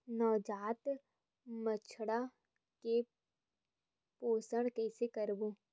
नवजात बछड़ा के पोषण कइसे करबो?